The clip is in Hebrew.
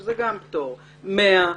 שזה גם פטור 100,